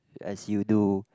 as you do